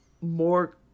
More